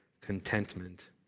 contentment